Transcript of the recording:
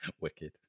Wicked